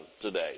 today